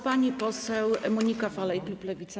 Pani poseł Monika Falej, klub Lewica.